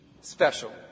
special